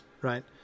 right